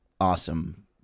awesome